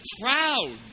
proud